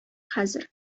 хәзер